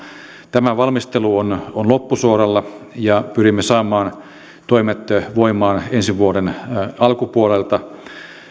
tämä valmistelu on loppusuoralla ja pyrimme saamaan toimet voimaan ensi vuoden alkupuolelta